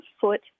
foot